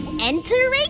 Entering